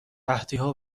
قحطیها